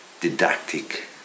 didactic